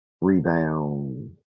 rebound